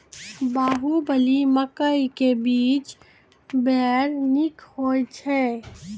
बाहुबली मकई के बीज बैर निक होई छै